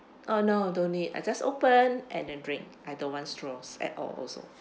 oh no don't need I just open and then drink I don't want straws at all also